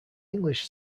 english